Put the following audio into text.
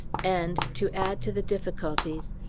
and, to add to the difficulties,